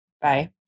Bye